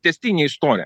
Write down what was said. tęstinė istorija